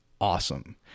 awesome